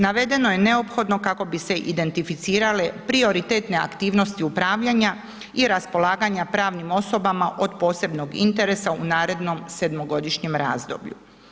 Navedeno je neophodno kako bi se identificirale prioritetne aktivnosti upravljanja i raspolaganja pravnim osobama od posebnog interesa u narednom sedmogodišnjem razdoblju.